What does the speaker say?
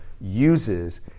uses